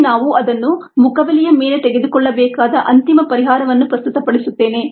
ಇಲ್ಲಿ ನಾವು ಅದನ್ನು ಮುಖಬೆಲೆಯ ಮೇಲೆ ತೆಗೆದುಕೊಳ್ಳಬೇಕಾದ ಅಂತಿಮ ಪರಿಹಾರವನ್ನು ಪ್ರಸ್ತುತಪಡಿಸುತ್ತೇನೆ